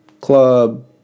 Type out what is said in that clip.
Club